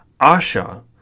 Asha